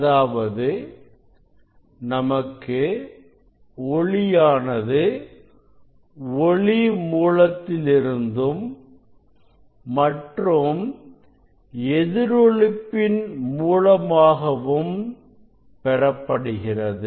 அதாவது நமக்கு ஒளியானது ஒளி மூலத்தில் இருந்தும் மற்றும் எதிரொலிப்பின் மூலமாகவும் பெறப்படுகிறது